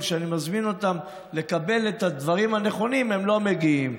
וכשאני מזמין אותם לקבל את הדברים הנכונים הם לא מגיעים.